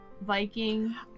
Viking